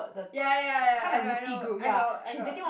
ya ya ya I know I know I got I got